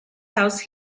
house